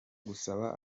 gusaba